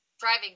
driving